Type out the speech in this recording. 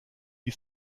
die